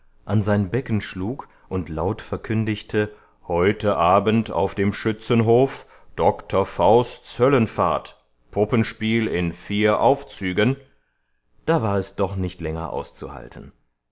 an sein becken schlug und laut verkündigte heute abend auf dem schützenhof doktor fausts höllenfahrt puppenspiel in vier aufzügen da war es doch nicht länger auszuhalten